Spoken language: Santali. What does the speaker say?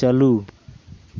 ᱪᱟᱹᱞᱩ